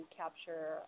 capture